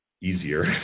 easier